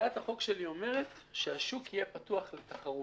הצעת החוק שלי אומרת שהשוק יהיה פתוח לתחרות.